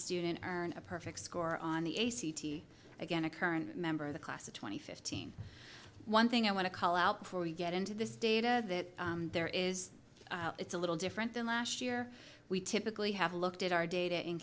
student earn a perfect score on the again a current member of the class of twenty fifteen one thing i want to call out before you get into this data that there is it's a little different than last year we typically have looked at our data in